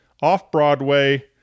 Off-Broadway